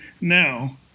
now